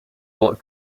what